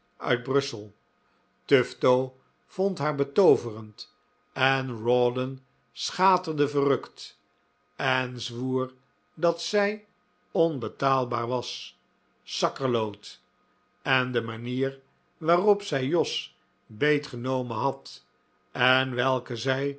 uit brussel tufto vond haar betooverend en rawdon schaterde verrukt en zwoer dat zij onbetaalbaar was sakkerloot en de manier waarop zij jos beetgenomen had en welke zij